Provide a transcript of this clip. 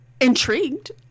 intrigued